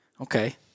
Okay